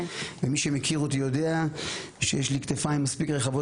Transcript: ומי שמכיר אותי יודע שיש לי כתפיים מספיק רחבות